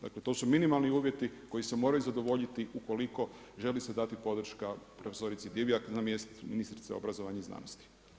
Dakle, to su minimalni uvjeti koji se moraju zadovoljiti ukoliko želi se dati podrška prof. Divjak na mjestu ministrice obrazovanja i znanosti.